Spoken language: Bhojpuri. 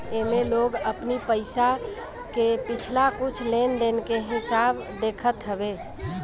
एमे लोग अपनी पईसा के पिछला कुछ लेनदेन के हिसाब देखत हवे